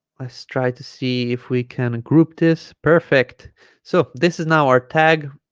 let's try to see if we can group this perfect so this is now our tag